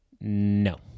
No